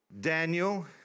Daniel